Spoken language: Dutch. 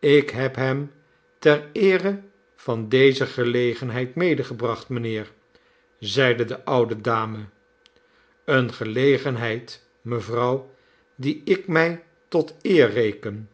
ik heb hem ter eere van deze gelegenheid medegebracht mijnheer zeide de oude dame eene gelegenheid mevrouw die ik mij tot eer reken